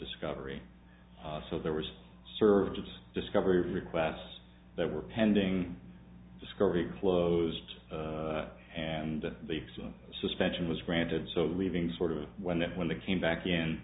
discovery so there was served its discovery requests that were pending discovery closed and the suspension was granted so leaving sort of when that when they came back in